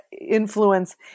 influence